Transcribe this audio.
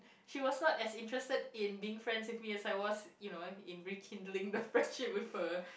she was not as interested in being friends with me as I was you know in rekindling the friendship with her